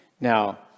Now